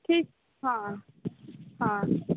ठीक हँ हँ